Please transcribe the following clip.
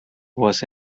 was